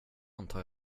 antar